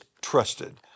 trusted